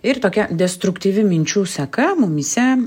ir tokia destruktyvi minčių seka mumyse